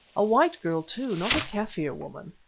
a white girl, too, not a kaffir woman.